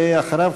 ואחריו,